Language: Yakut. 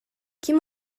ким